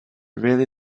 really